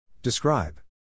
Describe